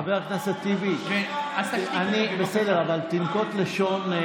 לא, חבר הכנסת טיבי, תנקוט לשון,